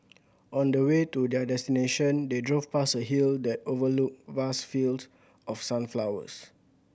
on the way to their destination they drove past a hill that overlooked vast field of sunflowers